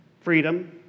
freedom